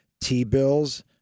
T-bills